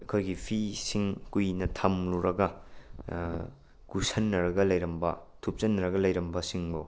ꯑꯩꯈꯣꯏꯒꯤ ꯐꯤꯁꯤꯡ ꯀꯨꯏꯅ ꯊꯝꯃꯨꯔꯒ ꯈꯨꯖꯟꯅꯔꯒ ꯂꯩꯔꯝꯕ ꯊꯨꯞꯆꯟꯅꯔꯒ ꯂꯩꯔꯝꯕꯁꯤꯡꯕꯨ